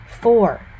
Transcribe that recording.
Four